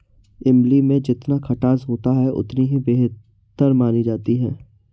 इमली में जितना खटास होता है इतनी ही बेहतर मानी जाती है